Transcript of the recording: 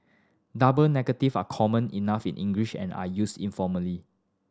double negative are common enough in English and are used informally